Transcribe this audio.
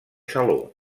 saló